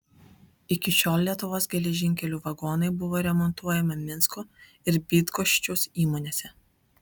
iki šiol lietuvos geležinkelių vagonai buvo remontuojami minsko ir bydgoščiaus įmonėse